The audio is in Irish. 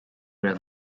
raibh